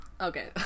Okay